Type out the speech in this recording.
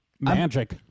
Magic